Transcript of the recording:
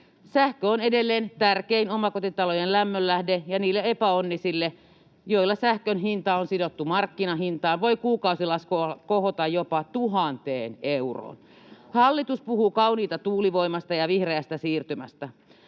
Sähkö on edelleen tärkein omakotitalojen lämmönlähde, ja niille epäonnisille, joilla sähkön hinta on sidottu markkinahintaan, voi kuukausilasku kohota jopa 1 000 euroon. Hallitus puhuu kauniita tuulivoimasta ja vihreästä siirtymästä.